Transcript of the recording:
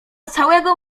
całego